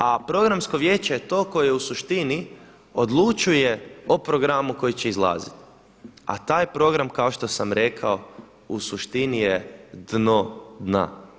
A Programsko vijeće je to koje u suštini odlučuje o programu koji će izlaziti, a taj program kao što sam rekao u suštini je dno dna.